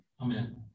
Amen